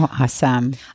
Awesome